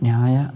न्यायं